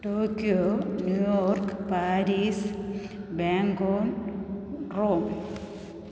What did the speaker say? Tokyo New York Paris Bangkok Rome